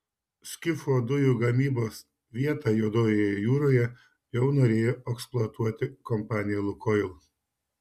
skifo dujų gavybos vietą juodojoje jūroje jau norėjo eksploatuoti kompanija lukoil